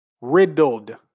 Riddled